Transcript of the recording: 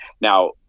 Now